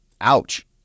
ouch